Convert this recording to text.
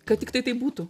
kad tiktai taip būtų